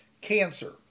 Cancer